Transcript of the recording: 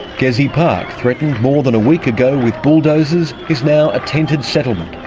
gezi park, threatened more than a week ago with bulldozers, is now a tented settlements,